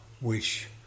wish